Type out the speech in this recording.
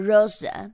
Rosa